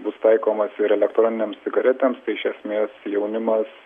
bus taikomas ir elektroninėms cigaretėms tai iš esmės jaunimas